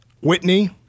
Whitney